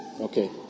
Okay